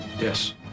Yes